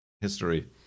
history